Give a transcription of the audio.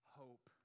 hope